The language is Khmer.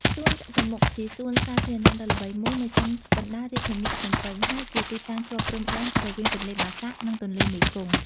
សួនចតុមុខ ជាសួនសាធារណៈដ៏ល្បីមួយនៅចំកណ្តាលរាជធានីភ្នំពេញ ហើយជាទីតាំងជាប់ព្រំដែនរវាងទន្លេបាសាក់ និងទន្លេមេគង្គ។